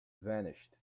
vanished